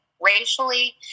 racially